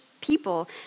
people